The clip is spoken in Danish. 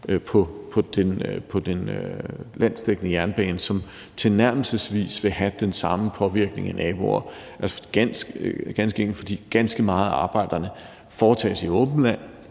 på den landsdækkende jernbane, som tilnærmelsesvis vil have den samme påvirkning af naboer, ganske enkelt fordi ganske mange af arbejderne foretages i åbent land.